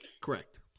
Correct